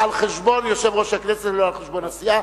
על חשבון יושב-ראש הכנסת ולא על חשבון הסיעה.